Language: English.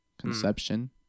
conception